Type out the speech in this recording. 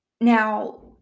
now